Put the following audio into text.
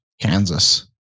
Kansas